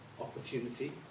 opportunity